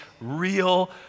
real